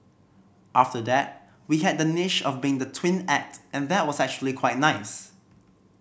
after that we had that niche of being the twin act and that was actually quite nice